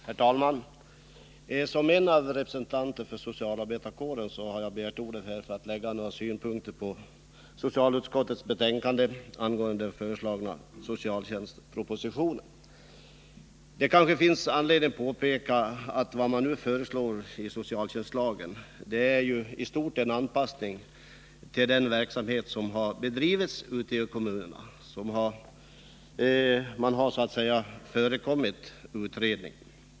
Herr talman! Som representant för socialarbetarkåren har jag begärt ordet för att lägga några synpunkter på socialutskottets betänkande angående socialtjänstpropositionen. Det kanske finns anledning att påpeka att vad som nu föreslås i socialtjänstlagen i stort sett är en anpassning till den verksamhet som har bedrivits ute i kommunerna. Man har så att säga förekommit utredningen.